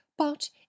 But